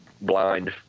blind